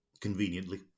Conveniently